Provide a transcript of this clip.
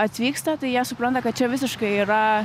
atvyksta tai jie supranta kad čia visiškai yra